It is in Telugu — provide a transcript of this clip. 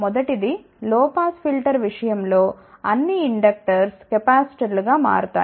మొదటిది లో పాస్ ఫిల్టర్ విషయం లో అన్ని ఇండక్టర్స్ కెపాసిటర్లుగా మారుతాయి